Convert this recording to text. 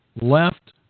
left